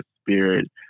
spirit